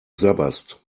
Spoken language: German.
sabberst